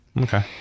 okay